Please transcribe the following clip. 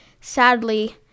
sadly